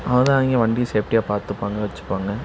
அவ தான் அவங்க வண்டி சேப்ட்டியா பார்த்துப்பாங்க வச்சுப்பாங்க